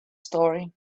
story